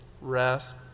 rest